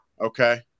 Okay